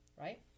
right